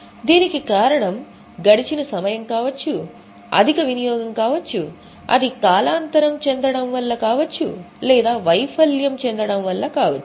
దీనికి కారణం గడిచిన సమయం కావచ్చు అధిక వినియోగం కావచ్చు అది కాలాంతరం చెందడం వల్ల కావచ్చు లేదా వైఫల్యం చెందడం వల్ల కావచ్చు